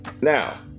Now